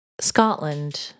Scotland